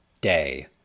Day